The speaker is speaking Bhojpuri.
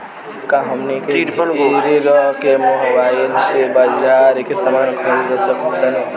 का हमनी के घेरे रह के मोब्बाइल से बाजार के समान खरीद सकत बनी?